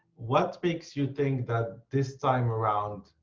what makes you think that this time around,